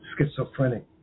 schizophrenic